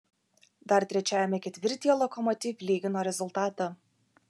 dar trečiajame ketvirtyje lokomotiv lygino rezultatą